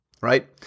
right